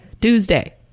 Tuesday